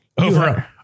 Over